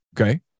Okay